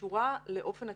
שקשורה לאופן התפקוד,